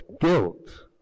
guilt